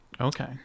Okay